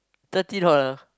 thirty dollar